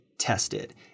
tested